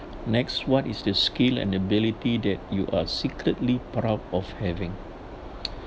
next what is the skill and ability that you are secretly proud of having